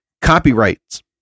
Copyrights